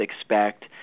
expect